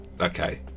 Okay